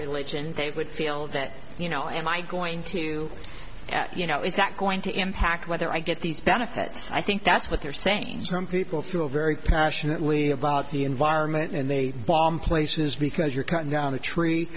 religion they would feel that you know am i going to get you know is that going to impact whether i get these benefits i think that's what they're saying some people feel very passionately about the environment and they bomb places because you're cutting down the tree